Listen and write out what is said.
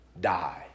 die